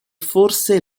forse